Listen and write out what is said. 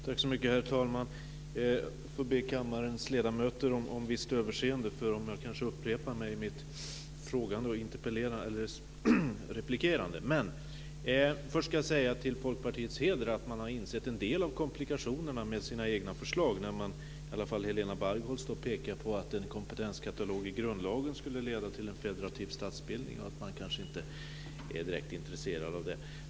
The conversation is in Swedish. Herr talman! Jag får be kammarens ledamöter om visst överseende om jag kanske upprepar mig i mitt replikerande. Först ska jag säga till Folkpartiets heder att man har insett en del av komplikationerna med sina egna förslag när man, som Helena Bargholtz, pekar på att en kompetenskatalog i grundlagen skulle leda till en federativ statsbildning och att man kanske inte är direkt intresserad av det.